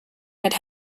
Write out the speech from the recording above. had